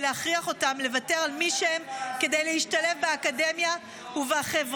ולהכריח אותם לוותר על מי שהם כדי להשתלב באקדמיה ובחברה.